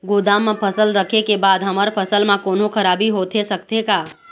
गोदाम मा फसल रखें के बाद हमर फसल मा कोन्हों खराबी होथे सकथे का?